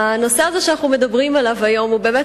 הנושא שאנחנו מדברים עליו היום הוא באמת